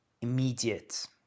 immediate